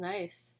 Nice